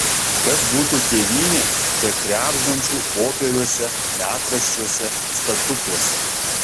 kas būtų tėvynė be krebždančių popieriuose metraščiuose statutuose